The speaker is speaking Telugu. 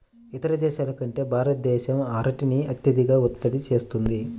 ఇతర దేశాల కంటే భారతదేశం అరటిని అత్యధికంగా ఉత్పత్తి చేస్తుంది